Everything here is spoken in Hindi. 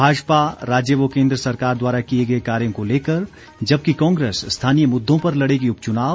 भाजपा राज्य व केन्द्र सरकार द्वारा किए गए कार्यो को लेकर जबकि कांग्रेस स्थानीय मुद्दों पर लड़ेगी उपचुनाव